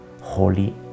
holy